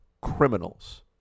criminals